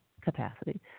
capacity